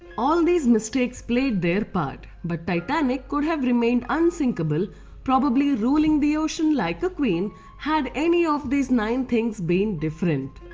all these mistakes played their part. but but titanic could have remained unsinkable probably ruling the ocean like a queen had any of these nine things been different.